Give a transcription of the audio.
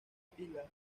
pila